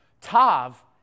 Tav